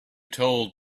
told